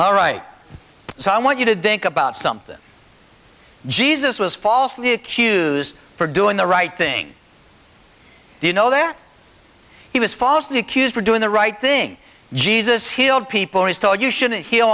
all right so i want you to think about something jesus was falsely accuse for doing the right thing you know there he was falsely accused for doing the right thing jesus he